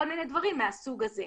כל מיני דברים מהסוג הזה.